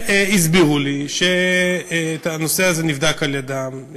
הסבירו לי שהנושא הזה נבדק על-ידיהם,